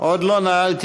עוד לא נעלת.